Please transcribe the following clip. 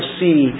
see